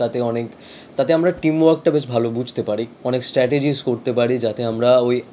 তাতে অনেক তাতে আমরা টিমওয়ার্কটা বেশ ভালো বুঝতে পারি অনেক স্ট্র্যাটেজিজ করতে পারি যাতে আমরা ওই